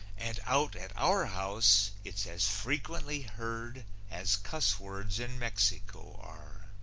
and out at our house it's as frequently heard as cuss-words in mexico are.